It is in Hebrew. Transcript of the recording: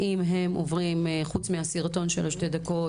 האם מלבד הסרטון של שתי הדקות,